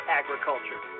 agriculture